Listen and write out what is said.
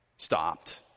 Stopped